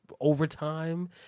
overtime